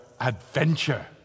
adventure